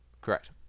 Correct